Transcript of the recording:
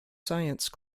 science